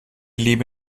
leben